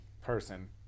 Person